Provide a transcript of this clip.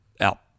out